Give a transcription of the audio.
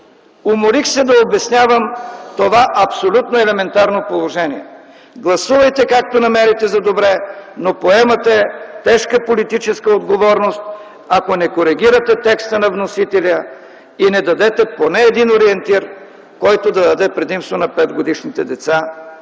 Уморих се да обяснявам това абсолютно елементарно положение. Гласувайте, както намерите за добре! Поемате обаче тежка политическа отговорност, ако не коригирате текста на вносителя и не се даде поне един ориентир, който да даде предимство на петгодишните деца